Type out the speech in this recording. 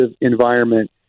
environment